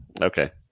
Okay